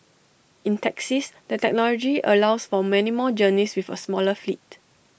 in taxis the technology allows for many more journeys with A smaller fleet